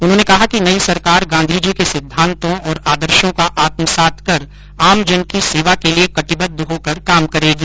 उन्होंने कहा कि नई सरकार गांधीजी के सिद्धांतो और आदर्शो का आत्मसात कर आमजन की सेवा के लिये कटीबद्ध होकर काम करेगी